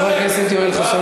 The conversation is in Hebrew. חבר הכנסת יואל חסון,